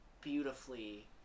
beautifully